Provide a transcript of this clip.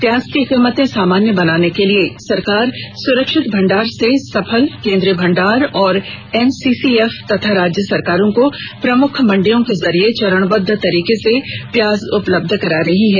प्याज की कीमतें सामान्य बनाने के लिए सरकार सुरक्षित भंडार से सफल केन्द्रीय भंडार और एनसीसी एफ तथा राज्य सरकारों को प्रमुख मंडियों के जरिए चरणबद्ध तरीके से प्याज उपलब्ध करा रही है